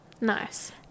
Nice